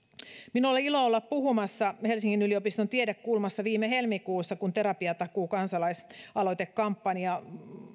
minulla oli ilo olla puhumassa helsingin yliopiston tiedekulmassa viime helmikuussa kun terapiatakuu kansalaisaloitekampanjan